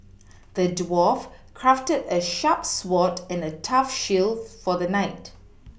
the dwarf crafted a sharp sword and a tough shield for the knight